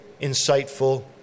insightful